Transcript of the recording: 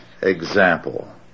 example